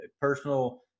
personal